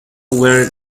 where